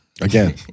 Again